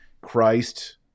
Christ